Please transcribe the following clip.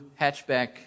hatchback